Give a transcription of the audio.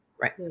Right